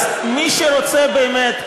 אז מי שרוצה באמת,